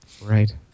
Right